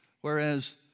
Whereas